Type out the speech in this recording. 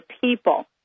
people